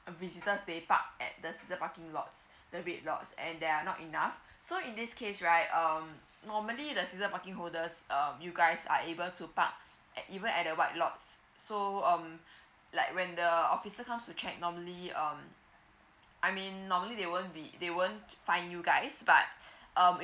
visitors they park at the season parking lots the red lots and there are not enough so in this case right um normally the season parking holders um you guys are able to park at even at the white lots so um like when the officer comes to check normally um I mean normally they won't be they won't fine you guys but um